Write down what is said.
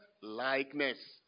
likeness